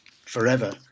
forever